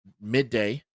midday